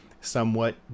somewhat